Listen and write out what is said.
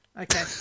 okay